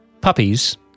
puppies